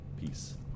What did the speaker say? peace